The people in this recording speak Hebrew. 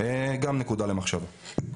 גם נקודה למחשבה.